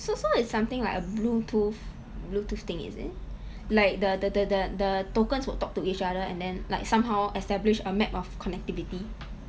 so so it's something like a bluetooth bluetooth thing is it like the the the the tokens will talk to each other and then like somehow establish a map of connectivity